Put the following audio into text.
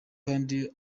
abandi